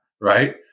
right